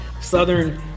Southern